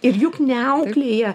ir juk neauklėja